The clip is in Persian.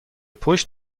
پشت